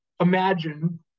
imagine